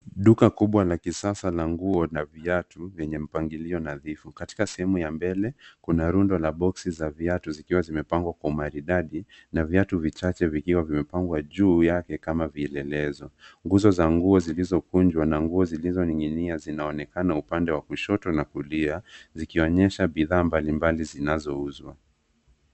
Duka kubwa la kisasa na nguo na viatu vyenye mpangilio na vitu katika sehemu ya mbele. Kuna rundo la boksi za viatu zikiwa zimepangwa kwa umaridadi na viatu vichache vikiwa vimepangwa juu yake kama vielelezo. Nguzo za nguo zilizokunjwa na nguo zilizoning'inia zinaonekana upande wa kushoto na kulia zikionyesha bidhaa mbalimbali zinazouzwa.